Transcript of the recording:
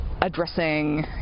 addressing